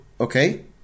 okay